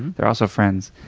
they're also friends.